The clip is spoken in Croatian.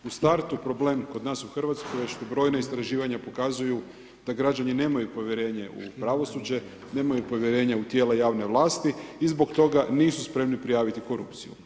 U startu problem kod nas u Hrvatskoj je što brojna istraživanja pokazuju da građani nemaju povjerenje u pravosuđe, nemaju povjerenja u tijela javne vlasti i zbog toga nisu spremni prijaviti korupciju.